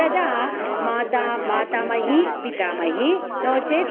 तदा माता मातामही पितामही नो चेत्